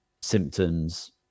symptoms